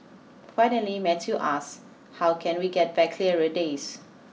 finally Matthew asks how can we get back clearer days